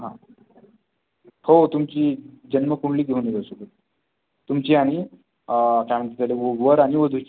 हां हो तुमची जन्मकुंडली घेऊन येजा सोबत तुमची आणि काय म्हणते त्याला व वर आणि वधूची